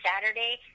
Saturday